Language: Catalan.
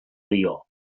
lió